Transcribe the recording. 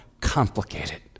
complicated